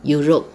europe